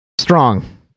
Strong